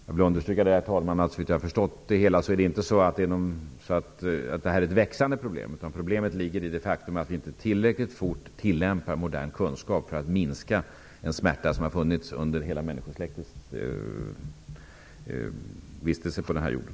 Jag vill understryka att såvitt jag har förstått är inte detta ett växande problem, utan problemet ligger i det faktum att man inte tillräckligt fort tillämpar modern kunskap för att minska den smärta som har funnits under hela människosläktets vistelse på den här jorden.